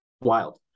Wild